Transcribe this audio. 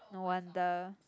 no wonder